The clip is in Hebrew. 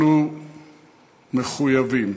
אנחנו מחויבים